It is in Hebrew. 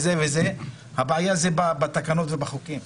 אבל הבעיה היא בתקנות ובחוקים.